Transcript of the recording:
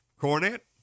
cornet